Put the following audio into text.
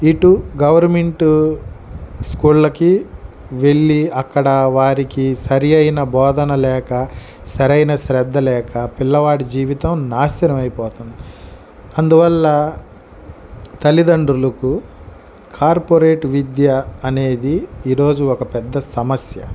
ఇటు గౌరమెంటు స్కూళ్ళకి వెళ్ళి అక్కడ వారికి సరైన బోధన లేక సరైన శ్రద్ధ లేక పిల్లవాడి జీవితం నాశనం అయిపోతుంది అందువల్ల తల్లిదండ్రులుకు కార్పొరేట్ విద్య అనేది ఈరోజు ఒక పెద్ద సమస్య